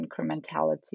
incrementality